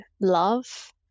love